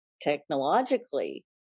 technologically